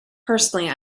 personally